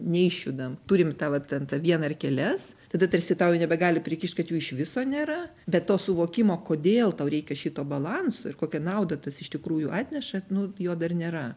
neišjudam turim tą vat ten tą vieną ar kelias tada tarsi tau jau nebegali prikišt kad jų iš viso nėra bet to suvokimo kodėl tau reikia šito balanso ir kokią naudą tas iš tikrųjų atneša nu jo dar nėra